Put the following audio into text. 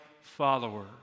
follower